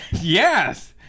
yes